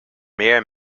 meer